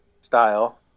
style